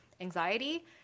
anxiety